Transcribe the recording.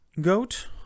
Goat